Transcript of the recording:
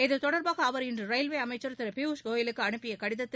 இது தொடர்பாக அவர் இன்று ரயில்வே அமைச்சா் திரு பியூஷ் கோயலுக்கு எழுதியுள்ள கடிதத்தில்